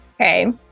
Okay